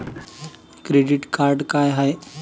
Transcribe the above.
Credit card का हाय?